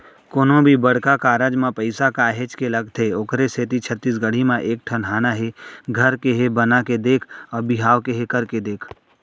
कोनो भी बड़का कारज म पइसा काहेच के लगथे ओखरे सेती छत्तीसगढ़ी म एक ठन हाना हे घर केहे बना के देख अउ बिहाव केहे करके देख